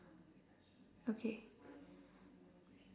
okay